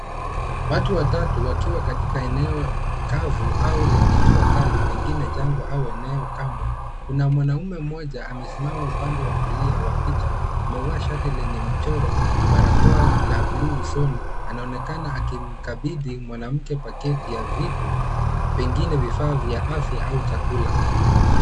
Watu watatu wakiwa katika eneo kavu au lenye jua kali, pengine jangwa au eneo kame. Kuna mwanaume mmoja amesimama upande wa kulia wa picha, amevaa shati lenye michoro na barakoa la bluu usoni. Anaonekana akimkabidhi mwanamke paketi ya vitu, pengine vifaa vya afya au chakula.